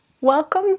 Welcome